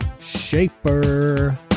shaper